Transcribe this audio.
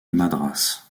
madras